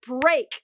break